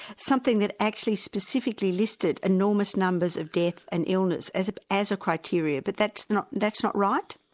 something that actually specifically listed enormous numbers of death and illness as as a criteria. but that's not that's not right?